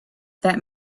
that